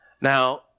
Now